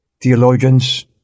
theologians